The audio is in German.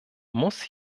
muss